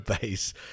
base